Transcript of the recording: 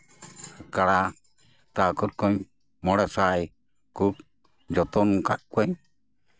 ᱠᱟᱬᱟ ᱦᱟᱛᱟᱣ ᱟᱠᱟᱫ ᱠᱚᱣᱟᱧ ᱢᱚᱬᱮ ᱥᱟᱭ ᱠᱚ ᱡᱚᱛᱚᱱ ᱟᱠᱟᱫ ᱠᱚᱣᱟᱧ